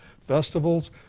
festivals